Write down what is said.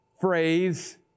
phrase